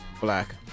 Black